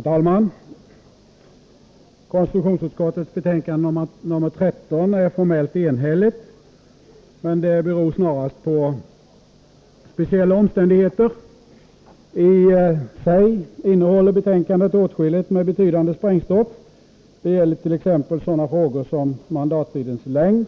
Herr talman! Konstitutionsutskottets betänkande nr 13 är formellt enhälligt. Men det beror snarast på speciella omständigheter. I sig innehåller betänkandet åtskilligt med betydande sprängstoff. Det gäller t.ex. sådana frågor som mandattidens längd,